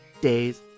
days